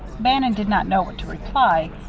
bannon did not know what to reply.